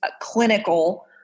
clinical